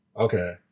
Okay